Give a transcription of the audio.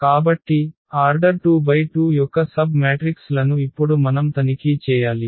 కాబట్టి ఆర్డర్ 2 × 2 యొక్క submatrix లను ఇప్పుడు మనం తనిఖీ చేయాలి